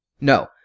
No